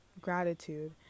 gratitude